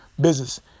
business